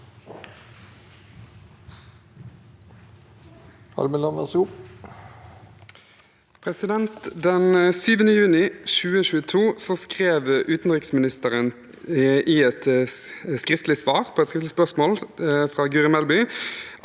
Den 7. juni 2022 skrev utenriksministeren i et skriftlig svar på et skriftlig spørsmål fra Guri Melby